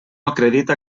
acredita